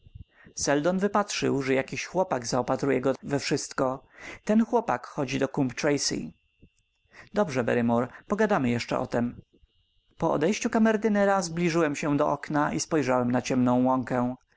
seldon wypatrzył że jakiś chłopak zaopatruje go we wszystko ten chłopak chodzi do coombe tracey dobrze barrymore pogadamy jeszcze o tem po odejściu kamerdynera zbliżyłem się do okna i spojrzałem na ciemną łąkę